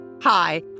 Hi